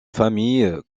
famille